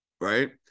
right